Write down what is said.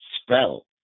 spell